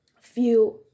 feel